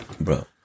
bro